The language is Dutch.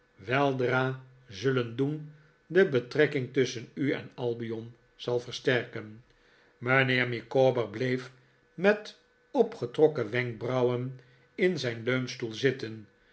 weldra zullen doen de betrekking tusschen u en albion zal versterken mijnheer micawber bleef met opgetrokken wenkbrauwen in zijn leunstoel zitten